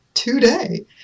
today